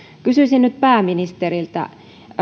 kysyisin nyt pääministeriltä